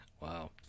Wow